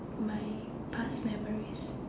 my past memories